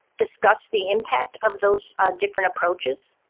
discuss the impact of those different approaches,